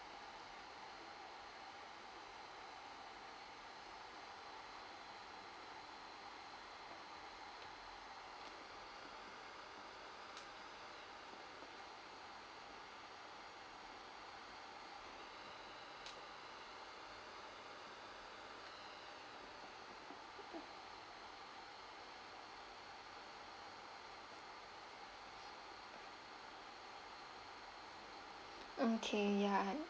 okay ya